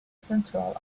central